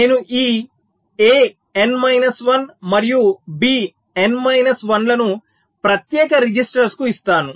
నేను ఈ A n minus 1 మరియు B n మైనస్ 1 లను ప్రత్యేక రిజిస్టర్కు ఇస్తాను